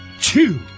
two